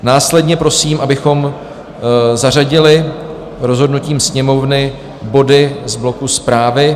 Následně prosím, abychom zařadili rozhodnutím Sněmovny body z bloku Zprávy.